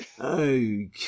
okay